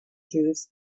juice